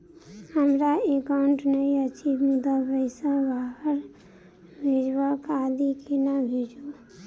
हमरा एकाउन्ट नहि अछि मुदा पैसा बाहर भेजबाक आदि केना भेजू?